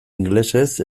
ingelesez